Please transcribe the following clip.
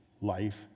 life